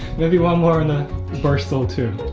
maybe one more on the bar stool, too.